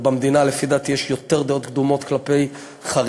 לפי דעתי יש יותר דעות קדומות כלפי חרדים,